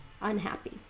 unhappy